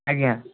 ଆଜ୍ଞା